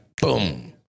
boom